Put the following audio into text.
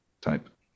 type